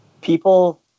people